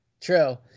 true